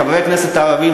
חברי הכנסת הערבים,